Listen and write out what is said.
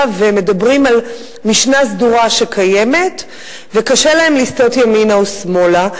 ומדברים על משנה סדורה שקיימת וקשה להם לסטות ימינה או שמאלה.